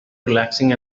relaxing